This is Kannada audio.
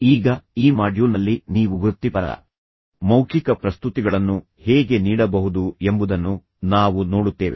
ಈಗ ಈ ಮಾಡ್ಯೂಲ್ನಲ್ಲಿ ನೀವು ವೃತ್ತಿಪರ ಮೌಖಿಕ ಪ್ರಸ್ತುತಿಗಳನ್ನು ಹೇಗೆ ನೀಡಬಹುದು ಎಂಬುದನ್ನು ನಾವು ನೋಡುತ್ತೇವೆ